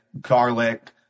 garlic